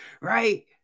Right